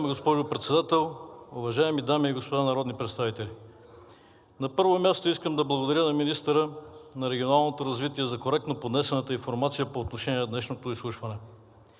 госпожо Председател, уважаеми дами и господа народни представители! На първо място, искам да благодаря на Министъра на регионалното развитие за коректно поднесената информация по отношение на днешното изслушване.